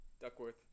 Duckworth